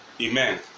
amen